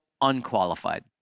unqualified